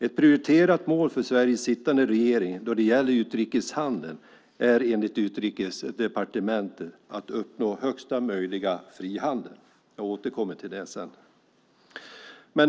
Ett prioriterat mål för Sveriges sittande regering då det gäller utrikeshandeln är enligt Utrikesdepartementet att uppnå högsta möjliga frihandel. Jag återkommer till det sedan.